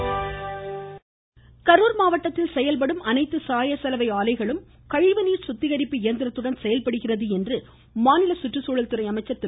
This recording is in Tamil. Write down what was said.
கருப்பணன் கரூர் மாவட்டத்தில் செயல்படும் அனைத்து சாய சலவை ஆலைகளும் கழிவுநீர் சுத்திகரிப்பு இயந்திரத்துடன் செயல்படுகிறது என்று மாநில சுற்றுச்சூழல் துறை அமைச்சர் திரு